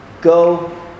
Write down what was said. Go